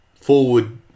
forward